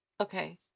Okay